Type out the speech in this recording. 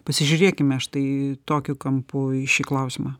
pasižiūrėkime štai tokiu kampu į šį klausimą